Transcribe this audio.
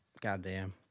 Goddamn